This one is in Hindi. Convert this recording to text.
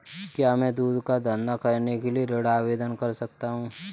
क्या मैं दूध का धंधा करने के लिए ऋण आवेदन कर सकता हूँ?